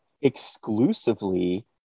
exclusively